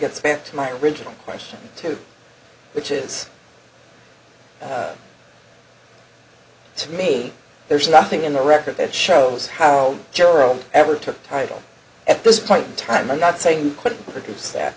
gets back to my original question to which is to me there is nothing in the record that shows how gerald ever took title at this point in time i'm not saying that